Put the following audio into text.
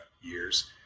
years